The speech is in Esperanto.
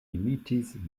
imitis